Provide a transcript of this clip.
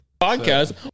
podcast